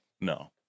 no